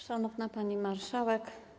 Szanowna Pani Marszałek!